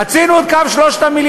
חצינו את קו 3 המיליארדים,